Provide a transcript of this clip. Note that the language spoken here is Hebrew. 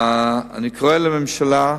אני קורא לממשלה,